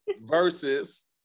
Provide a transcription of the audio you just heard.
versus